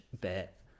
bit